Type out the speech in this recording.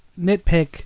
Nitpick